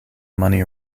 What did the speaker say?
money